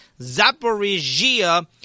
Zaporizhia